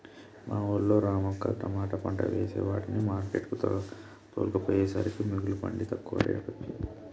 మా వూళ్ళో రమక్క తమాట పంట వేసే వాటిని మార్కెట్ కు తోల్కపోయేసరికే మిగుల పండి తక్కువ రేటొచ్చె